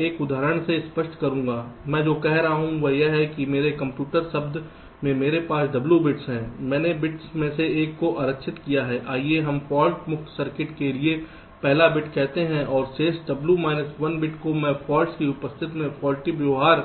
मैं एक उदाहरण से स्पष्ट करूंगा जो मैं कह रहा हूं वह यह है कि मेरे कंप्यूटर शब्द में मेरे पास W बिट्स हैं मैंने बिट में से एक को आरक्षित किया है आइए हम फाल्ट मुक्त सर्किट के लिए पहला बिट कहते हैं और शेष W माइनस 1 बिट को मैं फॉल्ट्स की उपस्थिति में फौल्टी व्यवहार